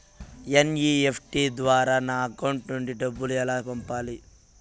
NEFT ద్వారా నా account నుండి డబ్బులు ఎలా పంపాలి